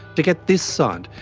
to get this signed,